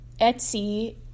Etsy